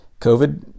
COVID